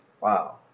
Wow